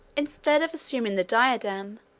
instead of assuming the diadem,